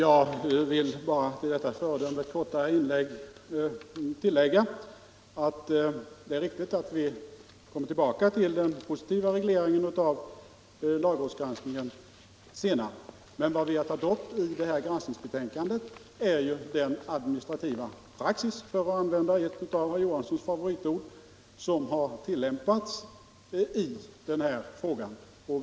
Fru talman! Jag vill till detta föredömligt korta inlägg bara lägga att det är riktigt att vi senare kommer tillbaka till den positiva regleringen av lagrådsgranskningen. Men vad vi tagit upp i granskningsbetänkandet är ju den administrativa praxis — för att använda ett av herr Johanssons i Trollhättan favoritord — som har tillämpats i den här frågan.